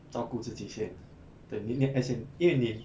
照顾自己先对你也 as in 因为你